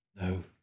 No